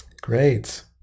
Great